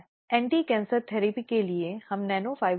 इसलिए इन सभी मामलों में उन्हें पूरी तरह से तैयार रहना चाहिए